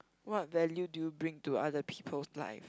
what value do you bring to other people's life